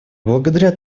благодаря